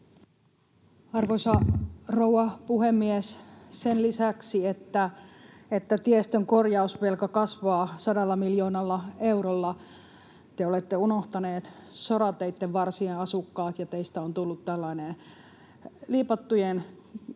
Arvoisa rouva puhemies! Sen lisäksi, että tiestön korjausvelka kasvaa 100 miljoonalla eurolla, te olette unohtaneet sorateitten varsien asukkaat ja teistä on tullut tällainen liipattujen